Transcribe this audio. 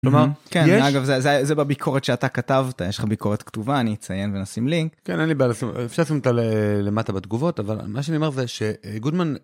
אגב זה זה בביקורת שאתה כתבת יש לך ביקורת כתובה אני אציין ונשים לינק אין לי באלה שאתה למטה בתגובות אבל מה שאני אומר זה שגודמן.